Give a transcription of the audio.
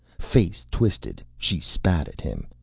face twisted, she spat at him,